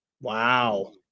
Wow